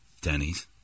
Denny's